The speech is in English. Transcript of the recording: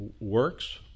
works